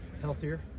healthier